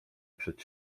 przed